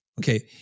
Okay